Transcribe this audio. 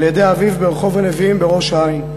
על-ידי אביו ברחוב הנביאים בראש-העין,